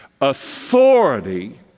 Authority